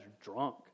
drunk